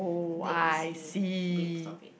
that is singing babe stop it